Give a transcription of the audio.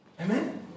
Amen